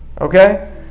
Okay